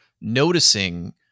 noticing